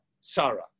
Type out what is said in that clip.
Sarah